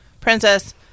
princess